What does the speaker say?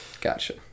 gotcha